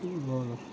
ल ल